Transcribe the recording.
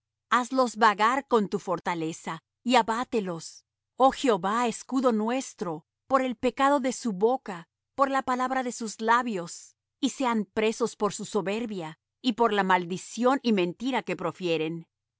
hazlos vagar con tu fortaleza y abátelos oh jehová escudo nuestro por el pecado de su boca por la palabra de sus labios y sean presos por su soberbia y por la maldición y mentira que profieren